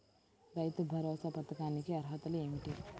రైతు భరోసా పథకానికి అర్హతలు ఏమిటీ?